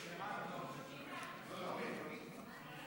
סמכות יושב-ראש הכנסת לעניין עובדי הכנסת),